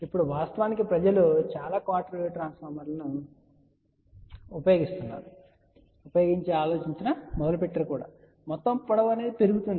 ఇప్పుడు వాస్తవానికి ప్రజలు చాలా క్వార్టర్ వేవ్ ట్రాన్స్ఫార్మర్లను ఉపయోగిస్తే అని ఆలోచించడం మొదలు పెట్టారు మొత్తం పొడవు పెరుగుతుంది